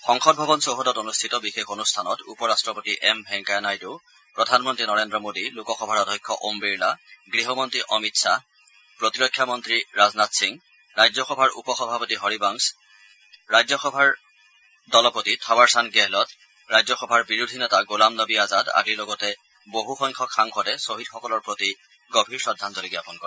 সংসদ ভৱন চৌহদত অনুষ্ঠিত বিশেষ অনুষ্ঠানত উপ ৰাট্টপতি এম ভেংকায়া নাউডু প্ৰধানমন্ত্ৰী নৰেড্ৰ মোদী লোকসভাৰ অধ্যক্ষ ওম বিৰলা গৃহমন্ত্ৰী অমিত শ্বাহ প্ৰতিৰক্ষামন্ত্ৰী ৰাজনাথ সিং ৰাজ্যসভাৰ উপ সভাপতি হৰিবংশ ৰাজ্যসভাৰ দলপতি থাৱাৰচাণ্ড গেহলট ৰাজ্যসভাৰ বিৰোধী নেতা গোলামনবী আজাদ আদিৰ লগতে বহু সংখ্যক সাংসদে শ্বহীদসকলৰ প্ৰতি গভীৰ শ্ৰদ্ধাঞ্জলি জ্ঞাপন কৰে